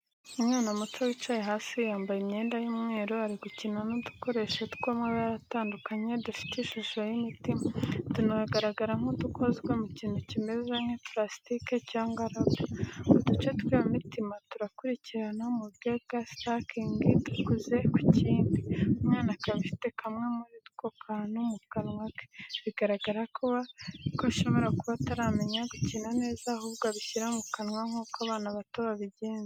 Umwana muto wicaye hasi yambaye imyenda y’umweru. Ari gukina n’udukoresho tw’amabara atandukanye dufite ishusho y’imitima, tunagaragara nk'udukozwe mu kintu gimeze nk’ipulasitiki cyangwa rubber. Uduce tw’iyo mitima turakurikirana mu buryo bwa stacking dukuze ku kindi, umwana akaba afite kamwe muri utwo kantu mu kanwa ke, biragaragara ko ashobora kuba ataramenya gukina neza ahubwo abishyira mu kanwa, nk’uko abana bato babigenza.